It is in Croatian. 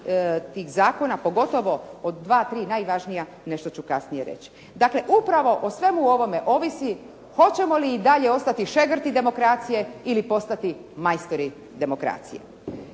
tih zakona, pogotovo od dva, tri najvažnija nešto ću kasnije reći. Dakle, upravo o svemu ovome ovisi hoćemo li i dalje ostati šegrti demokracije ili postati majstori demokracije.